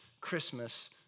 Christmas